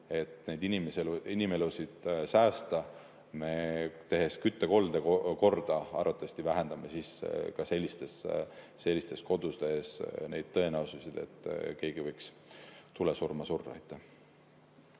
et neid inimelusid säästa. Me, tehes küttekolde korda, arvatavasti vähendame ka sellistes kodudes tõenäosust, et keegi võiks tulesurma surra.